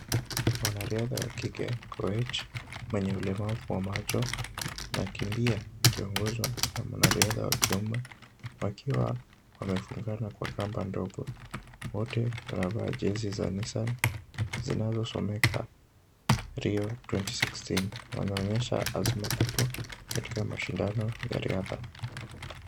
Mwanariadha wa kike Koech, mwenye ulemavu wa macho anakimbia akiongozwa na mwanariadha wa kiume wakiwa wamefungana kwa kamba ndogo. Wote wanavaa jezi za Nissan zinazosomeka Rio 2016. Wanaonyesha azma kubwa katika mashindano ya riadha.